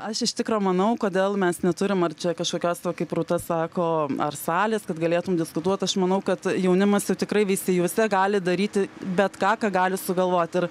aš iš tikro manau kodėl mes neturim ar čia kažkokios va kaip rūta sako ar salės kad galėtum diskutuot aš manau kad jaunimas jau tikrai veisiejuose gali daryti bet ką ką gali sugalvot ir